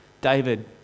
David